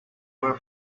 were